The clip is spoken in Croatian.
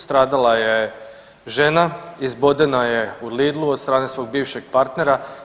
Stradala je žena, izbodena je u Lidlu od strane svog bivšeg partnera.